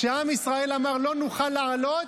כשעם ישראל אמר: לא נוכל לעלות,